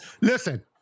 listen